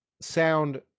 sound